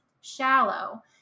shallow